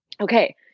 Okay